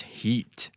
heat